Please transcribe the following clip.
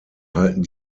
halten